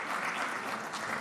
אנחנו,